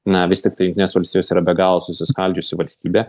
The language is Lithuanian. na vis tiktai jungtinės valstijos yra be galo susiskaldžiusi valstybė